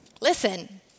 Listen